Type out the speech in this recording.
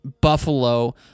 Buffalo